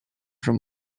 from